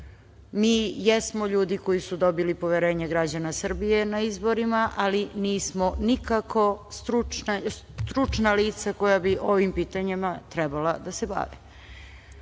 mi jesmo ljudi koji su dobili poverenje građana Srbije na izborima, ali nismo nikako stručna lica koja bi ovim pitanjima trebala da se bave. Ista